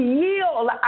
yield